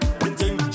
printing